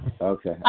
Okay